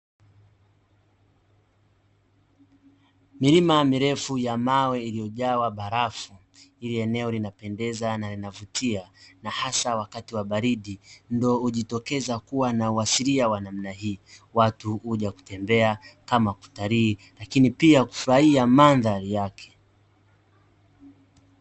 Milima mirefu ya mawe iliyojawa barafu. Hili eneo linapendeza na linavutia na hasa wakati wa baridi ndo hujitokeza kuwa na uasilia wa namna hii. Watu huja kutembea kama utalii lakini pia kufurahia mandhari yake.